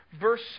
Verse